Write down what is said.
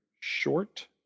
Short